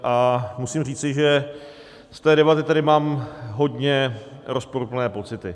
A musím říci, že z té debaty tady mám hodně rozporuplné pocity.